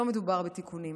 לא מדובר בתיקונים.